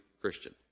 Christian